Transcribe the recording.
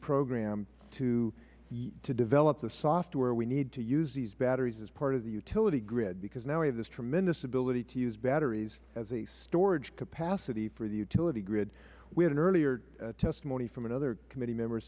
program to develop the software we need to use these batteries as part of the utility grid because now we have this tremendous ability to use batteries as a storage capacity for the utility grid we had earlier testimony from another committee member